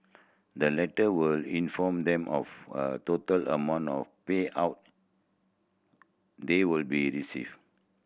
the letter will inform them of a total amount of payout they will be receive